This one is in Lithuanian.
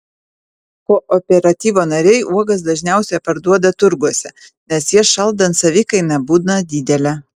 kooperatyvo nariai uogas dažniausiai parduoda turguose nes jas šaldant savikaina būna didelė